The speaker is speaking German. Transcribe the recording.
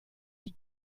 die